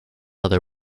other